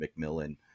McMillan